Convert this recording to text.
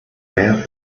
mers